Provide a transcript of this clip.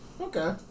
Okay